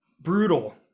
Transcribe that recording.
Brutal